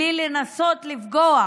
בלי לנסות לפגוע